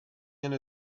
there